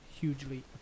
hugely